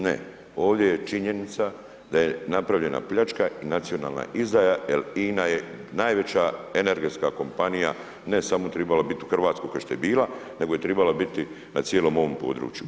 Ne ovdje je činjenica da je napravljena pljačka i nacionalna izdaja jer INA je najveća energetska kompanija ne samo trebala biti u Hrvatskoj ko što je bila, nego je trebala biti na cijelom ovom području.